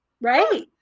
right